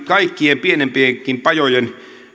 kaikkien pienempienkin pajojen